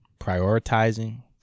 prioritizing